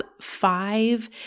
five